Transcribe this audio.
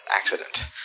accident